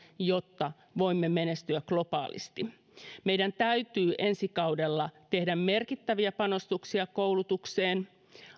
jotta voimme menestyä globaalisti meidän täytyy ensi kaudella tehdä merkittäviä panostuksia koulutukseen